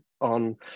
on